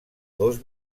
dos